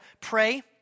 pray